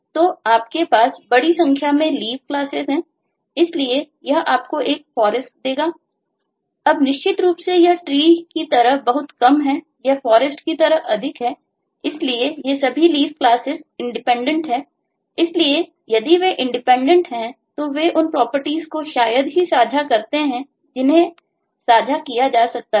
तो हम इस तरह की हैरारकी को वाइड हैं तो वे उन प्रॉपर्टीज को शायद ही साझा करते हैं जिन्हें साझा किया जा सकता था